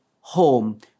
home